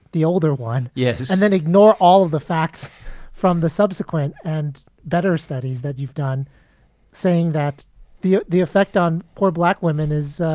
the older one? yes. and then ignore all of the facts from the subsequent and better studies that you've done saying that the the effect on poor black women is